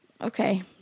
Okay